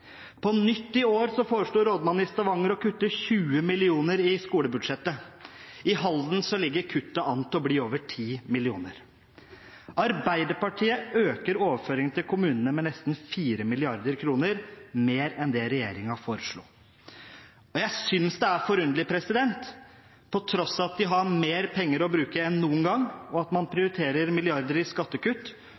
foreslår på nytt i år å kutte 20 mill. kr i skolebudsjettet. I Halden ligger kuttet an til å bli over 10 mill. kr. Arbeiderpartiet øker overføringene til kommunene med nesten 4 mrd. kr mer enn det regjeringen foreslo. Jeg synes det er forunderlig at regjeringen, på tross av at vi har mer penger å bruke enn noen gang, og at man prioriterer milliarder i skattekutt,